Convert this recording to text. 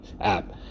app